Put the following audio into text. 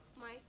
Mike